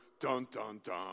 dun-dun-dun